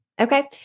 Okay